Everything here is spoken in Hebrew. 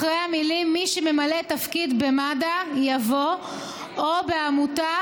אחרי המילים "מי שממלא תפקיד במד"א" יבוא "או בעמותה